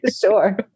Sure